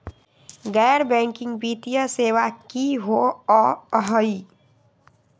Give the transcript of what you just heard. गैर बैकिंग वित्तीय सेवा की होअ हई?